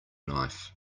knife